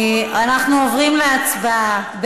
אנחנו עוברים להצבעה.